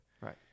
Right